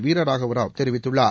வீரராகவ ராவ் தெரிவித்துள்ளார்